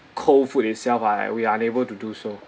cold food itself are we're unable to do so